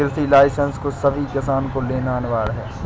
कृषि लाइसेंस को सभी किसान को लेना अनिवार्य है